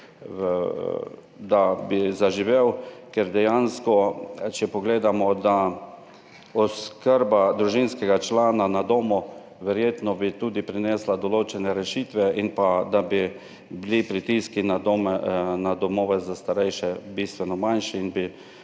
da bi zaživel. Dejansko, če pogledamo, bi oskrba družinskega člana na domu verjetno prinesla tudi določene rešitve in bi bili pritiski na domove za starejše bistveno manjši in bi